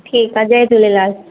ठीकु आहे जय झूलेलाल